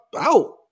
out